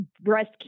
breast